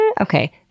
Okay